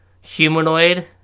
humanoid